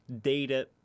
data